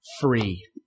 free